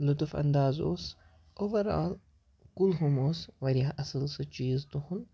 لطف انداز اوس اوٚوَرآل کُلہُم اوس واریاہ اَصٕل سُہ چیٖز تُہُنٛد